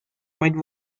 might